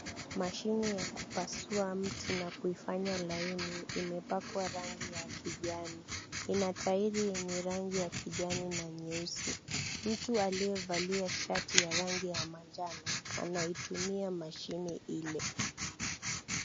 Mashine ya kupasua mti na kuifanya laini, imepakwa rangi ya kijani. Ina tairi yenye rangi ya kijani na nyeusi. Mtu aliyevalia shati ya rangi ya manjano, anaitumia mashine ile.